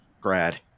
grad